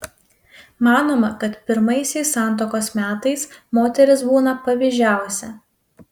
manoma kad pirmaisiais santuokos metais moteris būna pavydžiausia